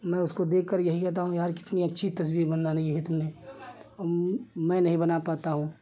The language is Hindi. मैं उसको देखकर यही कहता हूँ यार कितनी अच्छी तस्वीर बनाई है तुमने मैं नहीं बना पाता हूँ